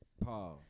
Pause